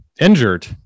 injured